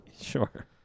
Sure